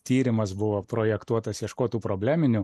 tyrimas buvo projektuotas ieškot tų probleminių